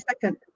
second